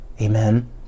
Amen